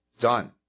Done